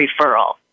referral